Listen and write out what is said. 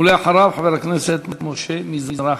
ואחריו, חבר הכנסת משה מזרחי.